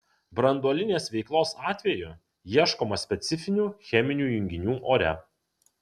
branduolinės veiklos atveju ieškoma specifinių cheminių junginių ore